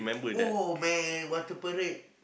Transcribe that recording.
oh man water parade